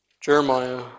Jeremiah